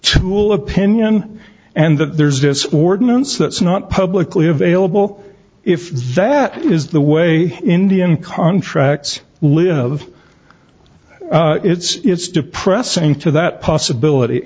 tool opinion and that there's this ordinance that's not publicly available if that is the way indian contracts live it's depressing to that possibility